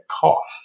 cost